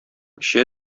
эчә